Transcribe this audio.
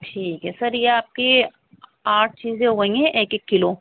ٹھیک ہے سر یہ آپ کی آٹھ چیزیں ہو گئی ہیں ایک ایک کلو